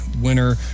winner